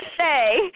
say